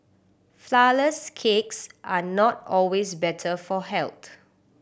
flourless cakes are not always better for health